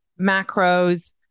macros